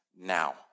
now